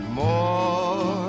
more